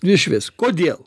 išvis kodėl